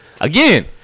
Again